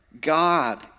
God